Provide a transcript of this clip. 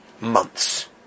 months